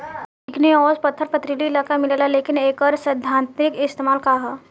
Igneous पत्थर पथरीली इलाका में मिलेला लेकिन एकर सैद्धांतिक इस्तेमाल का ह?